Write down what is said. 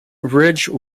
ridge